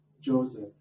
Joseph